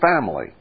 family